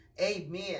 Amen